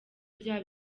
bya